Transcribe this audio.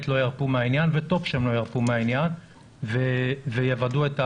לא ירפו מהעניין וטוב שהם לא ירפו מהעניין ויוודאו את הביצוע.